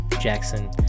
Jackson